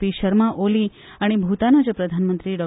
पी शर्मा ओली आनी भुतानाचे प्रधानमंत्री डॉ